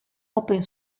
open